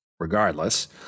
Regardless